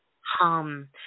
hum